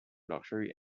luxury